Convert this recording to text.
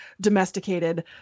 domesticated